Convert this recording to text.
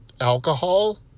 Alcohol